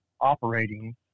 operating